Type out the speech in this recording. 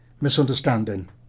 misunderstanding